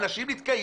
אנשים נתקעים.